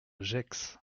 gex